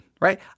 right